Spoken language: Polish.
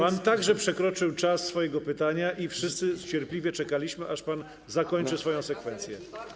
Pan także przekroczył czas swojego pytania i wszyscy cierpliwie czekaliśmy, aż pan zakończy swoją sekwencję.